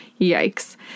Yikes